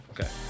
Okay